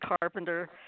Carpenter